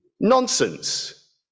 Nonsense